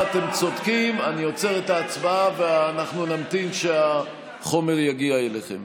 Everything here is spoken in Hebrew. ההצבעה ואנחנו נמתין שהחומר יגיע אליכם.